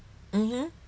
mmhmm